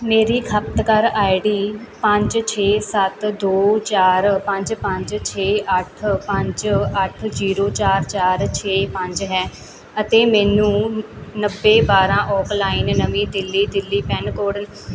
ਮੇਰੀ ਖਪਤਕਾਰ ਆਈਡੀ ਪੰਜ ਛੇ ਸੱਤ ਦੋ ਚਾਰ ਪੰਜ ਪੰਜ ਛੇ ਅੱਠ ਪੰਜ ਅੱਠ ਜ਼ੀਰੋ ਚਾਰ ਚਾਰ ਛੇ ਪੰਜ ਹੈ ਅਤੇ ਮੈਨੂੰ ਨੱਬੇ ਬਾਰ੍ਹਾਂ ਓਕ ਲੇਨ ਨਵੀਂ ਦਿੱਲੀ ਦਿੱਲੀ ਪਿੰਨ ਕੋਡ